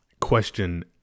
question